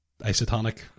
isotonic